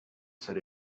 said